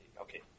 Okay